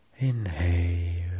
Inhale